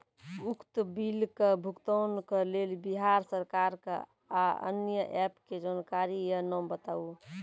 उक्त बिलक भुगतानक लेल बिहार सरकारक आअन्य एप के जानकारी या नाम बताऊ?